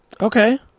Okay